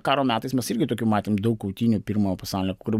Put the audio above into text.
karo metais mes irgi tokių matėm daug kautynių pirmojo pasaulio kur